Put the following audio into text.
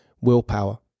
willpower